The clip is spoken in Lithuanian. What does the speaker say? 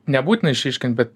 nebūtina išryškint bet